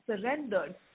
surrendered